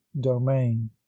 domain